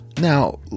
now